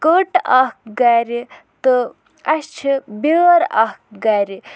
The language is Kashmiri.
کٔٹ اَکھ گَرِ تہٕ اَسہِ چھِ بیٛٲر اَکھ گَرِ